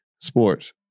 sports